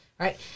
Right